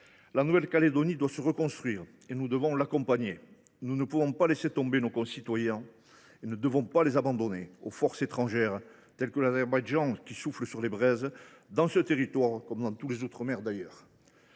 La Nouvelle Calédonie doit se reconstruire et nous devons l’accompagner. Nous ne pouvons pas laisser tomber nos concitoyens et nous ne devons pas les abandonner aux forces étrangères, telles que l’Azerbaïdjan qui souffle sur les braises, dans ce territoire comme dans tous les outre mer d’ailleurs.